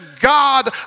God